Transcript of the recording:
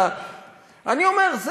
אני אומר,